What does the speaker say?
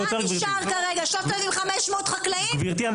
נשארתם עם 500 חקלאים?